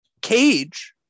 Cage